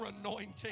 anointing